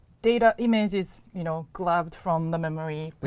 data image is you know globbed from the memory, but